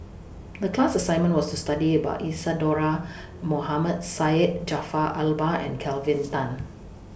The class assignment was to study about Isadhora Mohamed Syed Jaafar Albar and Kelvin Tan